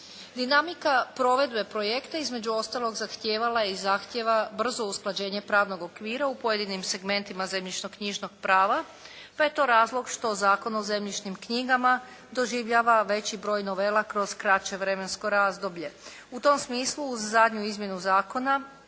Dinamika provedbe projekta između ostalog zahtijevala je i zahtijeva brzo usklađenje pravnog okvira u pojedinim segmentima zemljišnoknjižnog prava, pa je to razlog što Zakon o zemljišnim knjigama doživljava veći broj novela kroz kraće vremensko razdoblje. U tom smislu uz zadnju izmjenu zakona